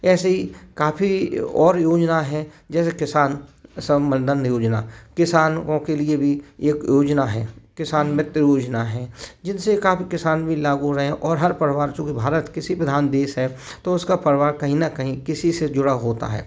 ऐसे ही काफ़ी और योजना हैं जैसे किसान सम्बंधन योजना किसानों के लिए भी एक योजना है किसान मित्र योजना हैं जिनसे काफ़ी किसान लागू हो रहे हैं और हर परिवार चूँकि भारत कृषि प्रधान देश है तो उसका परिवार कहीं न कहीं कृषि से जुड़ा होता है